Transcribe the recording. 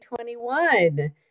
2021